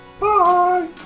Bye